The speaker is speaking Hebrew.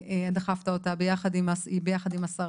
ודחפת אותה ביחד עם השרה.